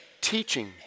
teaching